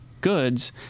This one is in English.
goods